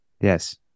Yes